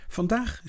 Vandaag